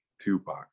Tupac